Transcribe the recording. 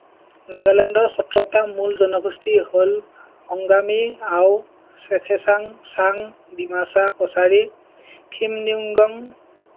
নাগালেণ্ডৰ সোতৰটা মূল জনগোষ্ঠী হ'ল অংগামী আও চেখেচাং চাং ডিমাছা কছাৰী খিমনিউংগম